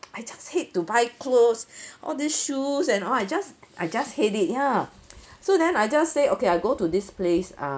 I just hate to buy clothes all these shoes and all I just I just hate it ya so then I just say okay I go to this place ah